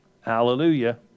Hallelujah